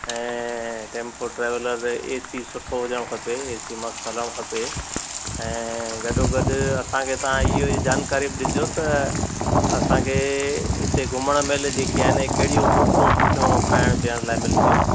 ऐं tempo traveller A C सुठो हुजणु खपे ए सी मस्तु हलणु खपे ऐं गॾो गॾु असांखे तव्हां इहो ई जानकारी ब ॾिजो त असांखे हिते घुमण महिल जे की आहिनि कहिड़ियूं होटलूं सुठियूं खाइण पीअण लाइ मिलंदियूं